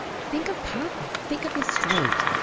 think of papa! think of his strait!